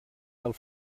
del